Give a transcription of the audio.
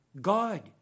God